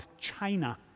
China